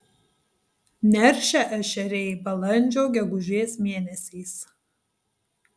neršia ešeriai balandžio gegužės mėnesiais